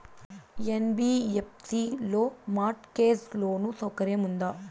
NBFC లో mortgage loan సౌకర్యం ఉందా?